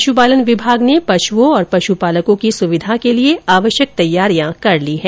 पश्पपालन विभाग ने पश्थओं और पश्पालकों की सुविधा के लिए आवश्यक तैयारियां कर ली हैं